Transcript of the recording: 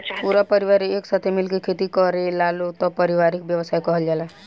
पूरा परिवार एक साथे मिल के खेती करेलालो तब पारिवारिक व्यवसाय कहल जाला